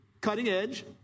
cutting-edge